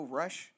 rush